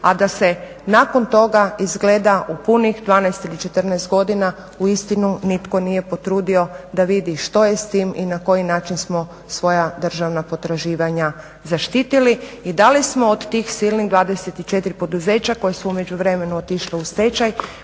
a da se nakon toga, izgleda u punih 12 ili 14 godina uistinu nitko nije potrudio da vidi što je s tim i na koji način smo svoja državna potraživanja zaštitili i da li smo od tih silnih 24 poduzeća koja su u međuvremenu otišla u stečaj